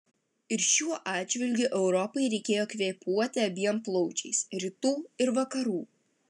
ir šiuo atžvilgiu europai reikėjo kvėpuoti abiem plaučiais rytų ir vakarų